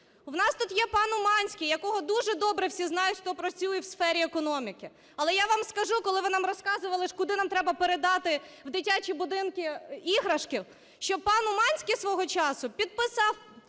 У нас тут є пан Уманський, якого дуже добре всі знають, хто працює в сфері економіки. Але я вам скажу, коли ви нам розказували, куди нам треба передати в дитячі будинки іграшки, що пан Уманський свого часу підписав